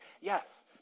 Yes